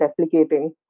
replicating